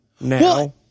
now